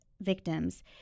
victims